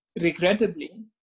regrettably